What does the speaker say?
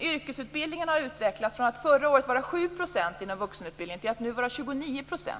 Yrkesutbildningen inom vuxenutbildningen har utvecklats från att förra året vara 7 % till att nu vara 29 %.